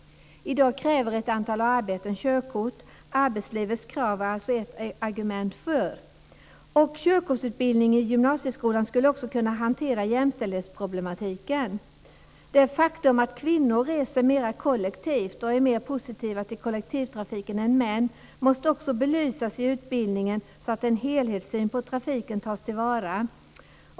I dag kräver ett antal arbeten körkort. Arbetslivets krav är alltså ett argument för. Med körkortsutbildning i gymnasieskolan skulle man också kunna hantera jämställdhetsproblematiken. Det faktum att kvinnor mer reser kollektivt och är mer positiva till kollektivtrafiken än män måste också belysas i utbildningen så att en helhetssyn på trafiken tas till vara.